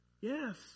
yes